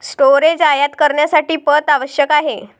storage आयात करण्यासाठी पथ आवश्यक आहे